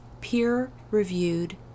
peer-reviewed